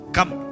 Come